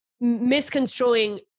misconstruing